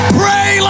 pray